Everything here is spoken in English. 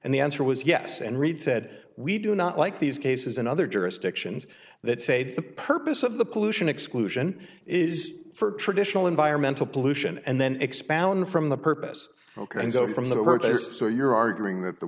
and the answer was yes and reed said we do not like these cases in other jurisdictions that say the purpose of the pollution exclusion is for traditional environmental pollution and then expound from the purpose ok so from the protests so you're arguing that the